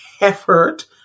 Effort